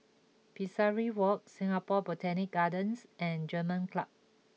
Pesari Walk Singapore Botanic Gardens and German Club